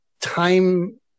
time